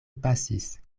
pasis